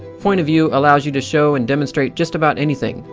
point of view allows you to show and demonstrate just about anything,